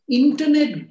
internet